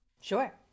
Sure